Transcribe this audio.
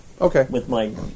Okay